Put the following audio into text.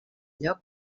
lloc